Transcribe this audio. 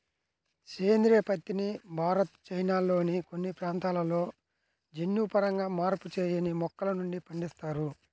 సేంద్రీయ పత్తిని భారత్, చైనాల్లోని కొన్ని ప్రాంతాలలో జన్యుపరంగా మార్పు చేయని మొక్కల నుండి పండిస్తారు